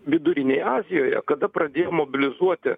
vidurinėj azijoje kada pradėjo mobilizuoti